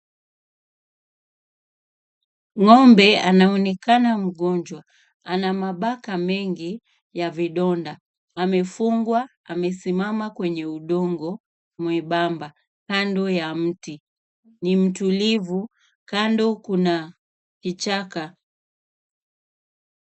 Ng'ombe anaonekana mgonjwa ana mabaka mengi ya vidonda. Amefungwa amesimama kwenye udongo mwembamba kando ya mti. Ni mtulivu kando kuna kichaka.